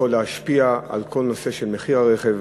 יכולה להשפיע על כל נושא של מחיר הרכב,